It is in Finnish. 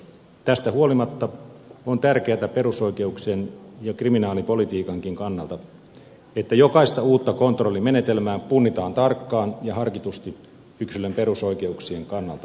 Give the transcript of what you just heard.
tästä huolimatta on tärkeätä perusoikeuksien ja kriminaalipolitiikankin kannalta että jokaista uutta kontrollimenetelmää punnitaan tarkkaan ja harkitusti yksilön perusoikeuksien kannalta